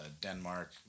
Denmark